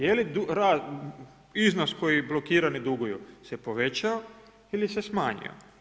Je li iznos koji blokirani duguju se povećao ili se smanjio?